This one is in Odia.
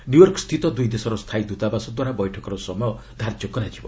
ନ୍ୟୁୟର୍କ ସ୍ଥିତ ଦୁଇ ଦେଶର ସ୍ଥାୟୀ ଦୂତାବାସ ଦ୍ୱାରା ବୈଠକର ସମୟ ଧାର୍ଯ୍ୟ କରାଯିବ